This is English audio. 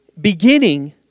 beginning